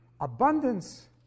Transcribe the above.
Abundance